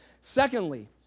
Secondly